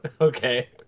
Okay